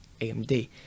amd